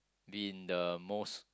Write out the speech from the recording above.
be in the most